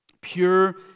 Pure